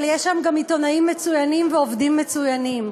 אבל יש שם גם עיתונאים מצוינים ועובדים מצוינים.